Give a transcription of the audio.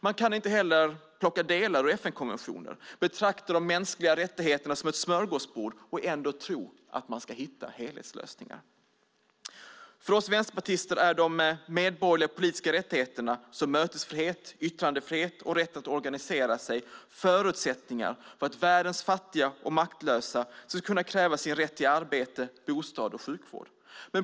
Man kan inte heller plocka ut delar ur FN-konventioner och betrakta de mänskliga rättigheterna som ett smörgåsbord och ändå tro att man ska kunna hitta helhetslösningar. För oss vänsterpartister är de medborgerliga och politiska rättigheterna, som mötesfrihet, yttrandefrihet och rätten att organisera sig, förutsättningar för att världens fattiga och maktlösa ska kunna kräva sin rätt till arbete, bostad och sjukvård.